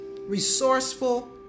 resourceful